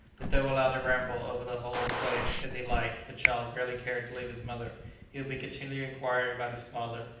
but though allowed to ramble over the whole place as he liked, the child rarely cared to leave his mother he would be continually inquiring about his father,